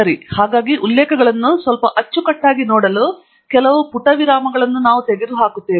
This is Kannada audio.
ಸರಿ ಹಾಗಾಗಿ ಉಲ್ಲೇಖಗಳನ್ನು ಸ್ವಲ್ಪ ಅಚ್ಚುಕಟ್ಟಾಗಿ ನೋಡಲು ಕೆಲವು ಪುಟ ವಿರಾಮಗಳನ್ನು ನಾವು ತೆಗೆದುಹಾಕುತ್ತೇವೆ